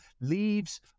leaves